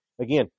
again